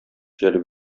җәлеп